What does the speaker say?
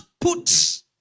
put